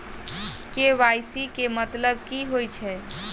KYC केँ मतलब की होइ छै?